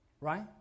right